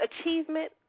achievement